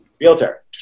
Realtor